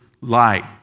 light